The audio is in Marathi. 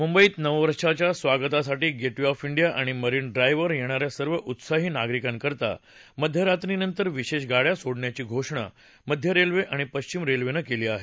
मुंबईत नववर्षाच्या स्वागतासाठी गेटवे ऑफ डिया आणि मरीन ड्राईव्हवर येणा या सर्व उत्साही नागरिकांकरता मध्यरात्रीनंतर विशेष गाड्या सोडण्याची घोषणा मध्य रेल्वे आणि पश्विम रेल्वेनं केली आहे